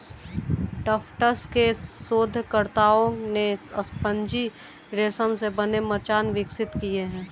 Tufts के शोधकर्ताओं ने स्पंजी रेशम से बने मचान विकसित किए हैं